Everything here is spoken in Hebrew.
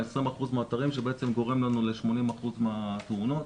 ל-20% האתרים שגורמים לנו ל-80% מהתאונות,